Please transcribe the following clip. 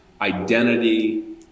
identity